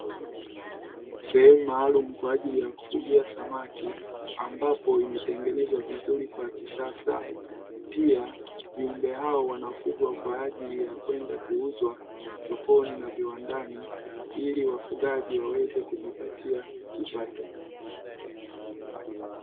Sehemu maalumu kwa ajili ya kufugia samaki, ambapo imetengenezwa vizuri kwa kisasa. Pia viumbe hao wanafugwa kwa ajili ya kwenda kuuzwa sokoni na viwandani, ili wafugaji waweze kujipatia kipato.